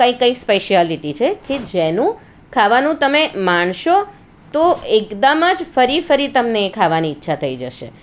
કંઈ કંઈ સ્પેસિયાલિટી છે કે જેનું ખાવાનું તમે માણશો તો એકદમ જ ફરી ફરી તમને એ ખાવાની ઈચ્છા થઈ જશે